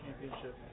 Championship